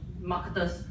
marketers